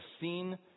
seen